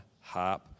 harp